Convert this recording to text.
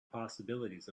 possibilities